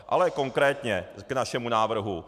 Ale konkrétně k našemu návrhu.